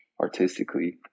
artistically